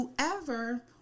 whoever